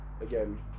again